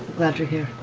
glad you're here.